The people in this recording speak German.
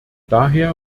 daher